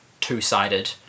two-sided